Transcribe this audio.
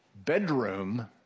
bedroom